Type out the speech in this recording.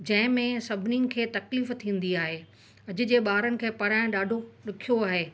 जंहिं में सभिनिनि खे तकलीफ़ु थींदी आहे अॼु जे ॿारनि खे पढ़ाइणु ॾाढो ॾुखियो आहे